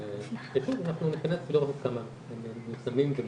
אנחנו ניכנס כדי לראות כמה הם מיושמים.